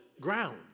ground